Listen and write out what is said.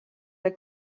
der